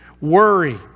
Worry